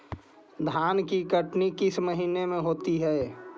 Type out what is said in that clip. धान की कटनी किस महीने में होती है?